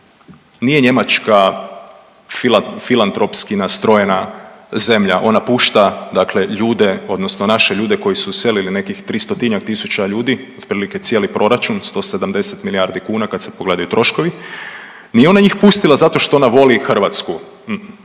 Nije Njemačka filantropski nastrojena zemlja, ona pušta dakle ljude, odnosno naše ljude koji su odselili, nekih 300-tinjak tisuća ljudi, otprilike cijeli proračun, 170 milijardi kuna kad se pogledaju troškovi, nije ona njih pustila zato što voli Hrvatsku.